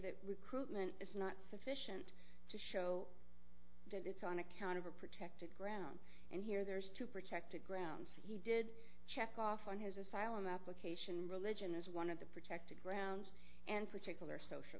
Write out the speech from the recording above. that recruitment is not sufficient to show that it's on account of a protected ground and here there's two protected grounds he did check off on his asylum application religion is one of the protected grounds and particular